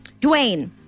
Dwayne